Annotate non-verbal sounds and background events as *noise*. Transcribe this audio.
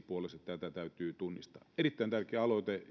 *unintelligible* puolesta tämä täytyy tunnistaa erittäin tärkeä aloite *unintelligible*